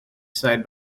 side